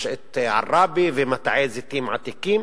עראבה ומטעי זיתים עתיקים,